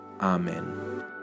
Amen